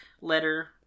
letter